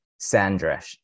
Sandresh